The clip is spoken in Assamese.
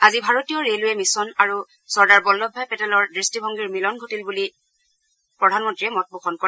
আজি ভাৰতীয় ৰেলৱে মিছন আৰু চৰ্দাৰ বল্লভ ভাই পেটেলৰ দৃষ্টিভংগীৰ মিলন ঘটিল বুলিও প্ৰধানমন্তীয়ে মত পোষণ কৰে